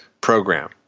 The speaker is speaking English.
program